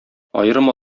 аерым